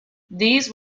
these